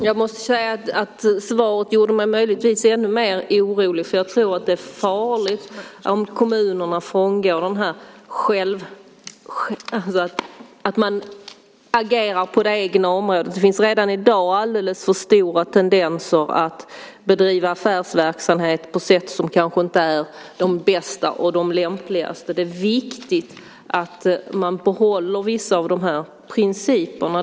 Herr talman! Det svaret gjorde mig möjligtvis ännu mer orolig. Jag tror att det är farligt om kommunerna agerar på det egna området. Det finns redan i dag alldeles för stora tendenser att bedriva affärsverksamhet på sätt som kanske inte är de bästa och de lämpligaste. Det är viktigt att man behåller vissa av de här principerna.